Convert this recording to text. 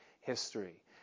history